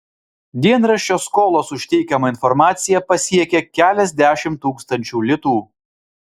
dienraščio skolos už teikiamą informaciją pasiekė keliasdešimt tūkstančių litų